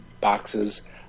boxes